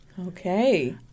Okay